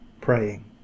praying